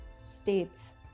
states